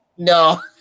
No